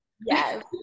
Yes